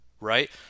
right